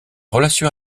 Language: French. relation